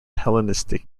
hellenistic